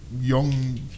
young